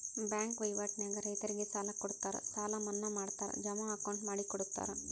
bank ವಹಿವಾಟ ನ್ಯಾಗ ರೈತರಿಗೆ ಸಾಲ ಕೊಡುತ್ತಾರ ಸಾಲ ಮನ್ನಾ ಮಾಡ್ತಾರ ಜಮಾ ಅಕೌಂಟ್ ಮಾಡಿಕೊಡುತ್ತಾರ